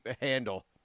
handle